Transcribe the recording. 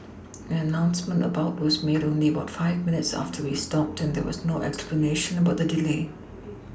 an announcement about was made only about five minutes after we stopped and there was no explanation about the delay